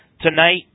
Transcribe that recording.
tonight